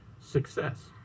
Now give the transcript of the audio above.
success